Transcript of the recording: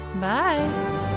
Bye